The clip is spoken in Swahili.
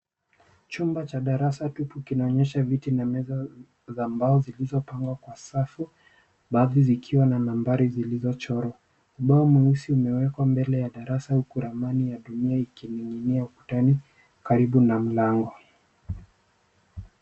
Chumba cha darasa tupu kinaonyesha viti na meza za mbao zilizopangwa kwa safu. Baadhi zikiwa na nambari zilizochorwa. Ubao umechorwa mbele ya darasa huku ramani ya dunia ikining'inia ukutani karibu na mlango.